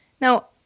Now